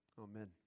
Amen